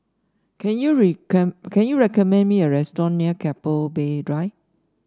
can you can you recommend me a restaurant near Keppel Bay Drive